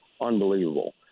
unbelievable